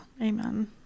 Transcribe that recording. Amen